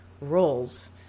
roles